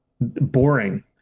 boring